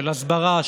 של הסברה,